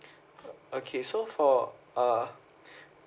okay so for uh